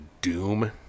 Doom